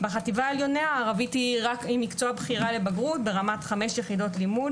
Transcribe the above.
בחטיבה העליונה ערבית היא מקצוע בחירה לבגרות ברמה של חמש יחידות לימוד,